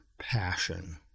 passion